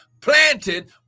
planted